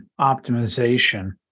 optimization